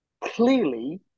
clearly